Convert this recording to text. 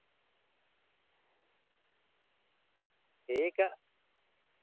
ᱴᱷᱤᱠᱟ